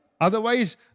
Otherwise